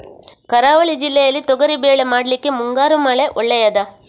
ಕರಾವಳಿ ಜಿಲ್ಲೆಯಲ್ಲಿ ತೊಗರಿಬೇಳೆ ಮಾಡ್ಲಿಕ್ಕೆ ಮುಂಗಾರು ಮಳೆ ಒಳ್ಳೆಯದ?